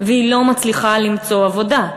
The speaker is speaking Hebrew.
והיא לא מצליחה למצוא עבודה,